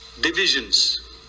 divisions